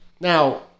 Now